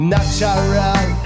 Natural